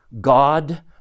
God